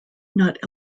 not